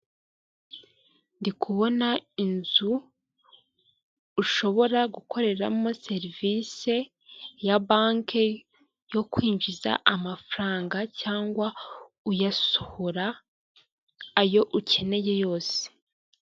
Ndikubona inzu ushobora gukoreramo serivisi ya banki yo kwinjiza amafaranga cyangwa uyasohora ayo ukeneye yose.